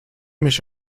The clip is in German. mich